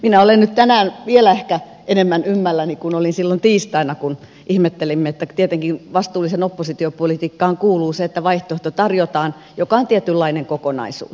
minä olen nyt tänään ehkä vielä enemmän ymmälläni kuin olin silloin tiistaina kun ihmettelimme että tietenkin vastuulliseen oppositiopolitiikkaan kuuluu se että tarjotaan vaihtoehto joka on tietynlainen kokonaisuus